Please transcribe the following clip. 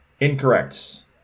Incorrect